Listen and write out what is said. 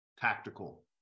tactical